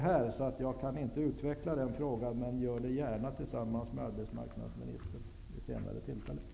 Jag kan därför inte utveckla frågan, men jag gör det gärna vid senare tillfälle tillsammans med arbetsmarknadsministern.